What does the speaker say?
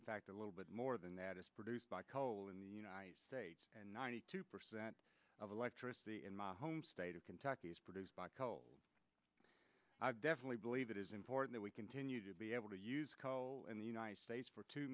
in fact a little bit more than that is produced by coal in the united states and ninety two percent of electricity in my home state of kentucky is produced by i definitely believe it is important we continue to be able to use in the united states for two